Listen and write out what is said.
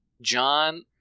John